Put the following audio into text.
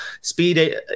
speed